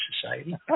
society